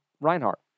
Reinhardt